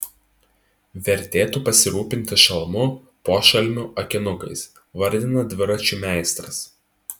vertėtų pasirūpinti šalmu pošalmiu akinukais vardina dviračių meistras